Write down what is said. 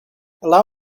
allow